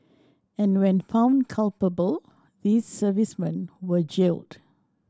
and when found culpable these servicemen were jailed